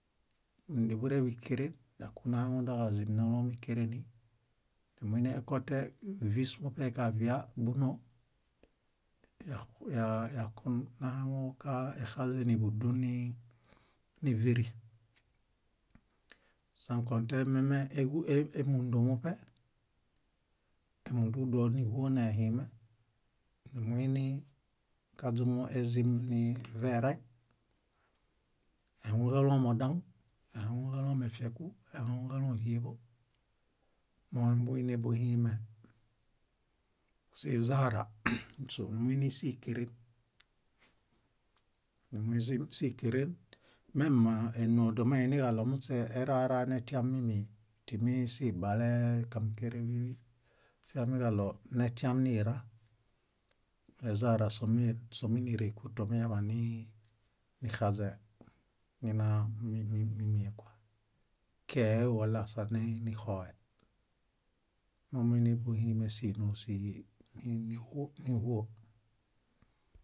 níbureḃikeren yakunahaŋundoġazim nálom íkereni. Niminekote vís muṗe kavia búnoo, yah- yaa- yakun nahaŋu ka- exaźeni búdun ni- níviri. Sãkõte meme é- é- émundu muṗe. Émundu dóniĥuo nehime, nimuinikaźuezim nivereb. Éhaŋuġaloom odaŋ, éhaŋuġaloom efieku, éhaŋuġaloom híeḃo: mombuinibuhimee. Sizara sónumuinisikeren. Numuzim síkeren mem énoo domeiniġaɭo muśe eraranetiam mími timisibale, kamukere bíḃi afiamiġaɭo netiam nira, ezara sómini sóminirikuto miñaḃanii nixaźẽe, nina mí- mí- mímie kua, kee walasa nixoe. Momuinibuhime sínosihi nínixoniĥuo.